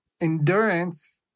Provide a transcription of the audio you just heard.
Endurance